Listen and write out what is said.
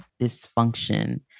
dysfunction